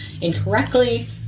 incorrectly